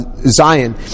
Zion